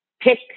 pick